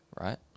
right